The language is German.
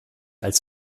als